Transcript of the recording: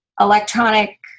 electronic